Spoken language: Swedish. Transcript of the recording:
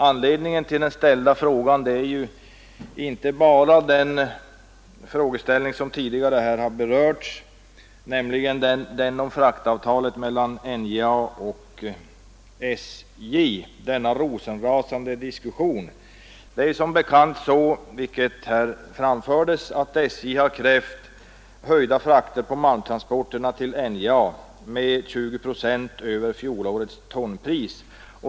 Anledningen till min fråga är inte bara det problem som tidigare har berörts här, nämligen fraktavtalet mellan NJA och SJ, denna rosenrasande diskussion. Det är som bekant så, vilket tidigare har framförts här, att SJ har krävt att fraktpriserna på malmtransporterna till NJA skall höjas med 20 procent på fjolårets tonpris.